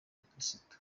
bakirisitu